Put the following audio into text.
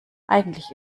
eigentlich